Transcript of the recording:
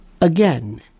again